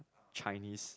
Chinese